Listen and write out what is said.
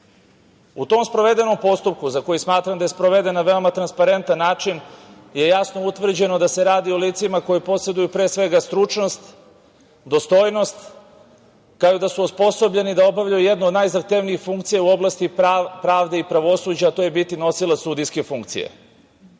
U tom sprovedenom postupku, za koji smatram da je sproveden na veoma transparentan način, je jasno utvrđeno da se radi o licima koje poseduju, pre svega, stručnost, dostojnost, kao i da su osposobljeni da obavljaju jednu od najzahtevnijih funkcija u oblasti pravde i pravosuđa, a to je biti nosilac sudijske funkcije. Pre